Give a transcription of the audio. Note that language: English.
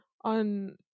on